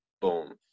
boom